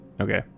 Okay